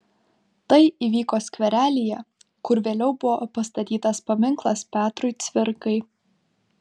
tai įvyko skverelyje kur vėliau buvo pastatytas paminklas petrui cvirkai